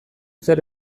zer